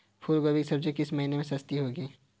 फूल गोभी की सब्जी किस महीने में सस्ती होती है?